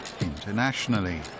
internationally